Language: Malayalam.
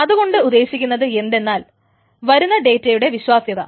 അതുകൊണ്ട് ഉദ്ദേശിക്കുന്നത് എന്തെന്നാൽ വരുന്ന ഡേറ്റയുടെ വിശ്വാസ്യത